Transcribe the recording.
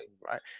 Right